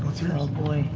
what's yours?